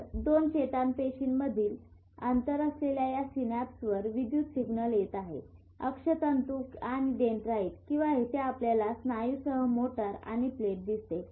तर दोन चेतापेशींमधील अंतर असलेल्या या सिनॅप्सवर विद्युत सिग्नल येथे येत आहे अक्षतंतू आणि डेंड्राइट किंवा येथे आपल्याला स्नायूसह मोटर आणि प्लेट दिसते